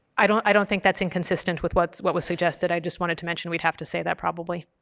i don't i don't think that's inconsistent with what what was suggested, i just wanted to mention we'd have to say that probably.